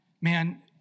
Man